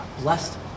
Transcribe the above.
blessed